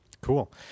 Cool